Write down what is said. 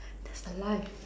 that's the life